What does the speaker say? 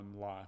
life